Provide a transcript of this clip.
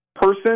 Person